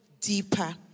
deeper